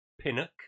Pinnock